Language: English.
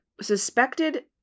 suspected